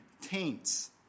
taints